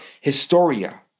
Historia